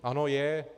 Ano, je.